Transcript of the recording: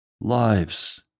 lives